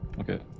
Okay